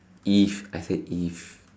if I said if